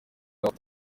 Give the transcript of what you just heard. afite